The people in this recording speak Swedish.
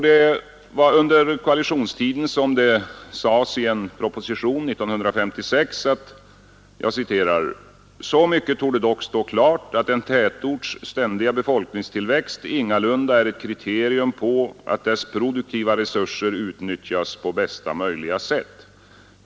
Det var under koalitionstiden som det sades i propositionen 1956: ”Så mycket torde dock stå klart att en tätorts ständiga befolkningstillväxt ingalunda är ett kriterium på att dess produktiva resurser utnyttjas på bästa möjliga sätt.